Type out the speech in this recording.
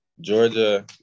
Georgia